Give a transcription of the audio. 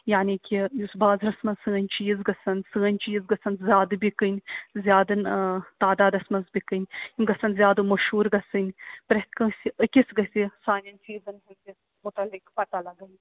یعنی کہِ یُس بازرَس منٛز سٲنۍ چیٖز گژھان سٲنۍ چیٖز گژھان زیادٕ بِکٕنۍ زیادٕ تعدادَس منٛز بِکٕنۍ یِم گژھان زیادٕ مشہوٗر گژھٕنۍ پرٛتھ کٲنٛسہِ أکِس گژھِ سانٮ۪ن چیٖزَن ہٕنٛز مُتعلِق پَتہٕ لگٕنۍ